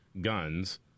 guns